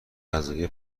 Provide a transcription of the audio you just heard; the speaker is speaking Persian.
غذایی